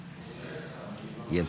היא יצאה בכלל?